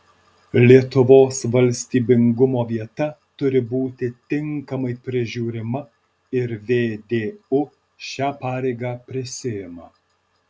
lietuvos valstybingumo vieta turi būti tinkamai prižiūrima ir vdu šią pareigą prisiima